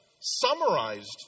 summarized